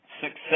success